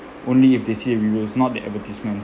only if they see the reviews not the advertisements